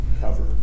cover